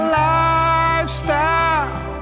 lifestyle